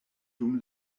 dum